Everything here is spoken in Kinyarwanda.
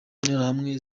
interahamwe